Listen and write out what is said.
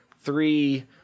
three